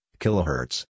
kilohertz